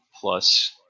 plus